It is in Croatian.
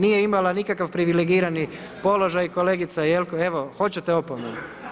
Nije imala nikakav privilegirani položaj, kolegica, ... evo hoćete opomenu?